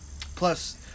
Plus